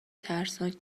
ترسناک